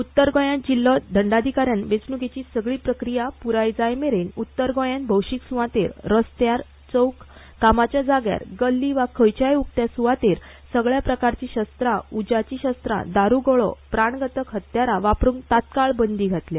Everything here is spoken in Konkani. उत्तर गोंयांत जिल्हो दंडाधिकाऱ्यान वेंचणुकेची सगळी प्रक्रिया पुराय जाय मेरेन उत्तर गोंयांत भौशीक सुवातेर रस्त्यार चौक धंद्याच्या जाग्यार गल्ली वा खंयच्याय उक्त्या सुवातेर सगळ्या प्रकारची शस्त्रां उज्याची शस्त्रां दारुगुळो प्राणघातक हत्यारां वापरूंक तत्काळ बंदी घातल्या